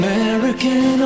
American